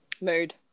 Mood